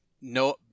no